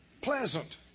Pleasant